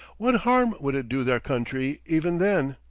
what harm would it do their country even then?